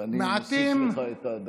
אני מוסיף לך את הדקה.